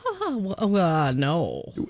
no